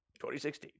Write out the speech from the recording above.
2016